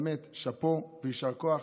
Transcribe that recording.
באמת שאפו ויישר כוח.